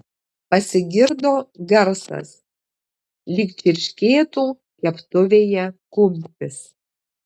pasigirdo garsas lyg čirškėtų keptuvėje kumpis